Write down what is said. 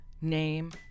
Name